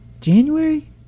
January